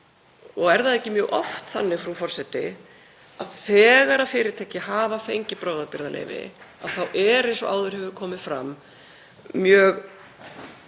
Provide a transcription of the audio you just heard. Er það ekki mjög oft þannig, frú forseti, að þegar fyrirtæki hafa fengið bráðabirgðaleyfi þá er, eins og áður hefur komið fram,